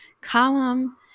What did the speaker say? column